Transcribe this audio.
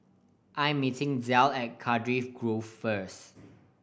I'm meeting Del at Cardiff Grove first